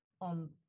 on